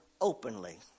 openly